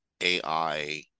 AI